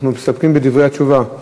אנחנו מסתפקים בדברי התשובה.